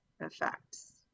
effects